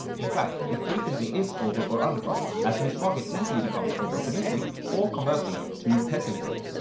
in fact, it frequently is over or underpriced as mr. market easily becomes over optimistic, or conversely too pessimistic.